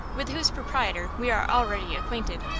with whose proprietor we are already acquainted.